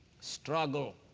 Struggle